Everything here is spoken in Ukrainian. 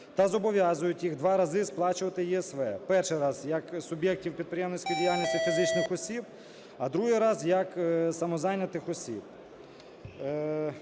та зобов'язують їх два рази сплачувати ЄСВ. Перший раз – як суб’єктів підприємницької діяльності - фізичних осіб, а другий раз – як самозайнятих осіб.